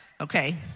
Okay